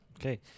Okay